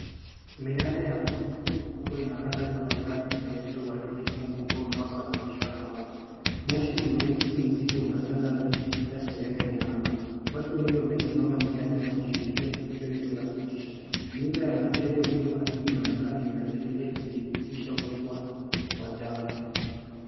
Miale ya moto mkubwa ina panda juu angani ikionyesha uharibifu mkubwa unaosababishwa na moto. Moshi mweusi mzito unatanda juu ukificha sehemu ya anga . Watu wengi wamesimama njiani wakishuhudia tukio hilo la kutisha. Miundo ya majengo iliokaribu inaonekana kuharibika imeadhirika ikidhibitisha ukubwa wa janga.